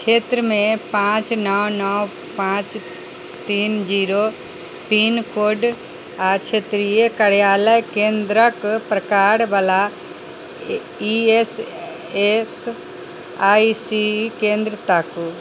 क्षेत्रमे पांँच नओ नओ पांँच तीन जीरो पिनकोड आ क्षेत्रीय कर्यालय केन्द्रक प्रकार बला E S S I C केन्द्र ताकू